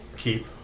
Keep